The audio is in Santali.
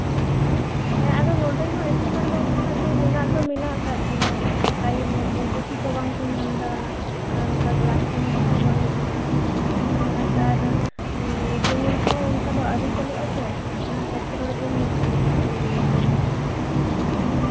ᱦᱮᱸ ᱱᱚᱰᱮ ᱫᱚ ᱮᱸᱴᱠᱮᱴᱚᱲᱮ ᱫᱚ ᱢᱮᱱᱟᱜ ᱫᱚ ᱢᱮᱱᱟᱜ ᱠᱟᱜ ᱜᱮᱭᱟ ᱴᱟᱭᱤᱢ ᱢᱚᱛᱚ ᱯᱩᱛᱷᱤ ᱠᱚ ᱵᱟᱝᱠᱚ ᱧᱟᱢ ᱫᱟ ᱟᱨ ᱚᱱᱠᱟ ᱠᱮᱞᱟᱥ ᱨᱩᱢ ᱠᱚᱦᱚᱸ ᱵᱟᱹᱱᱩᱜᱼᱟ ᱚᱱᱟᱛᱮ ᱟᱨ ᱢᱤᱫᱫᱤᱱ ᱜᱮᱠᱚ ᱟᱹᱣᱨᱤ ᱪᱟᱹᱞᱩᱜ ᱟᱛᱚ ᱚᱱᱟᱛᱮ ᱮᱸᱴᱠᱮᱴᱚᱲᱮ ᱫᱚ ᱦᱩᱭᱩᱜ ᱠᱟᱱ ᱜᱮᱭᱟ ᱜᱤᱫᱽᱨᱟᱹ ᱠᱚᱣᱟᱜ